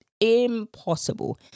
impossible